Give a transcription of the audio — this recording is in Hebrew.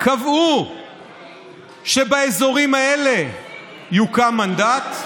קבעו שבאזורים האלה יוקם מנדט?